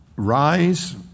Rise